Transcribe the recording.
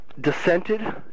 dissented